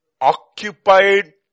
occupied